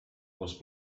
was